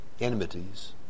enmities